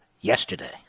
yesterday